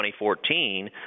2014